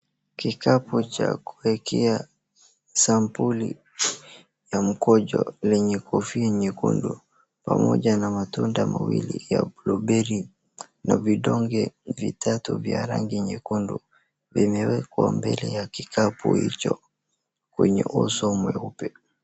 Kikapu cha kuekea sampuli ya mkojo lenye kofia nyekundu pamoja na matunda mawili ya blueberry na vidonge vitatu ya rangi nyekundu vimewekwa mbele ya kikapu hicho kwenye uso mweupe.